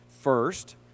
first